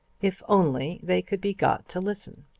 if only they could be got to listen.